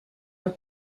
were